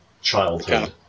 childhood